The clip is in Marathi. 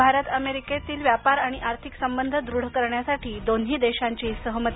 भारत अमेरिका व्यापार आणि आर्थिक संबंध दृढ करण्यासाठी दोन्ही देशांची सहमती